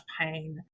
pain